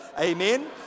Amen